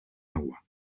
agua